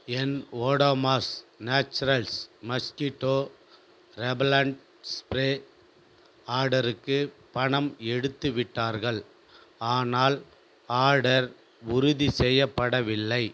என் Odomos naturals mosquito repellent spray ஆர்டருக்கு பணம் எடுத்துவிட்டார்கள் ஆனால் ஆர்டர் உறுதி செய்யப்படவில்லை